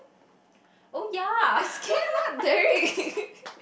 is Ken not Derrick